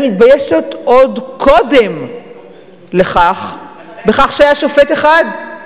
אני מתביישת עוד קודם לכך, בכך שהיה שופט אחד.